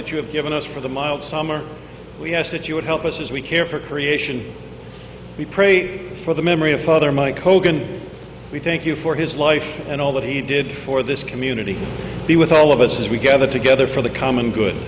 that you have given us for the mild summer yes that you would help us as we care for creation we pray for the memory of father mike hogan we thank you for his life and all that he did for this community he with all of us as we gather together for the common good